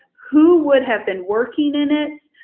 who would have been working in it,